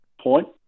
point